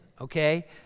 okay